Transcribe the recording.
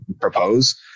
propose